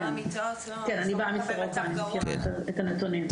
כן, אני באה מסורוקה, אני מכירה את הנתונים.